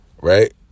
right